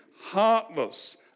heartless